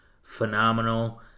phenomenal